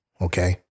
okay